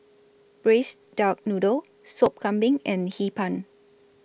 Braised Duck Noodle Sop Kambing and Hee Pan